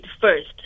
first